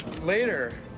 later